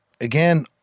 again